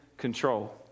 control